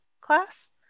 class